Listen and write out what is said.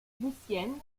lucienne